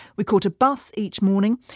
we caught a bus each morning.